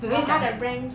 but 他的 rank 比你